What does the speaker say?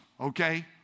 Okay